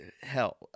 hell